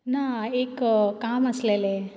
ना एक काम आसलेलें